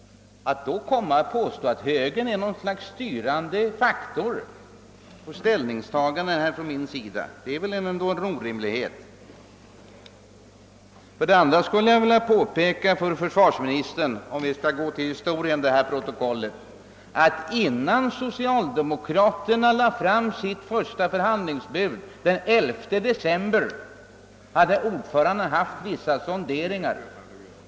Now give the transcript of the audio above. Att då påstå att högern är något slags styrande faktor för mina ställningstaganden är väl ändå en orimlighet. För det andra vill jag påpeka för försvarsministern om vi nu skall gå till historien — att innan socialdemokraterna lade fram sitt första förhandlingsbud den 11 december hade ordföranden gjort vissa sonderingar.